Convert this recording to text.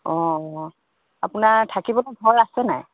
অঁ অঁ আপোনাৰ থাকিবলৈ ঘৰ আছে নাই